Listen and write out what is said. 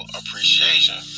appreciation